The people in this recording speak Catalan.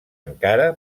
encara